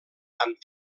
amb